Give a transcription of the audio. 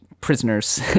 prisoners